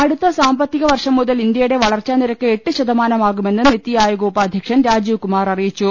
അടുത്ത സാമ്പത്തിക വർഷം മുതൽ ഇന്ത്യയുടെ വളർച്ചാ നിരക്ക് എട്ട് ശതമാനമാകുമെന്ന് നിതി ആയോഗ് ഉപാധ്യക്ഷൻ രാജീവ് കുമാർ അറിയിച്ചു